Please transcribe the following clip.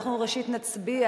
ראשית נצביע,